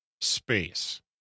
space